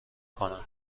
کنند